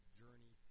journey